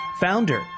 founder